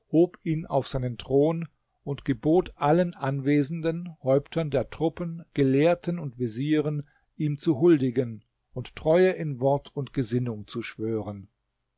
ihn auf seinen thron und gebot allen anwesenden häuptern der truppen gelehrten und vezieren ihm zu huldigen und treue in wort und gesinnung zu schwören